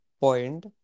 point